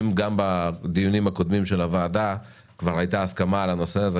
אם גם בדיונים הקודמים של הוועדה כבר הייתה הסכמה על הנושא הזה,